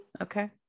Okay